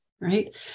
right